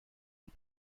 und